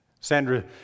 Sandra